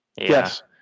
Yes